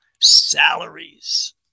salaries